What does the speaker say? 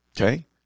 Okay